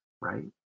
right